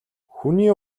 хүний